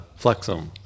Flexum